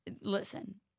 Listen